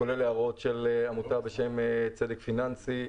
כולל הערות של עמותה בשם צדק פיננסי,